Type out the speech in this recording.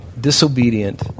Disobedient